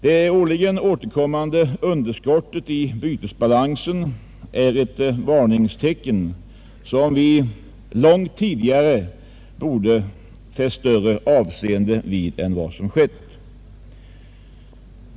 Det årligen återkommande underskottet i bytesbalansen är ett varningstecken som vi långt tidigare borde fäst större avseende vid än vad som skett.